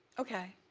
okay.